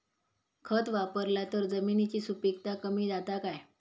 खत वापरला तर जमिनीची सुपीकता कमी जाता काय?